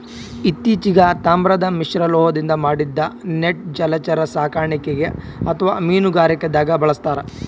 ಇತ್ತಿಚೀಗ್ ತಾಮ್ರದ್ ಮಿಶ್ರಲೋಹದಿಂದ್ ಮಾಡಿದ್ದ್ ನೆಟ್ ಜಲಚರ ಸಾಕಣೆಗ್ ಅಥವಾ ಮೀನುಗಾರಿಕೆದಾಗ್ ಬಳಸ್ತಾರ್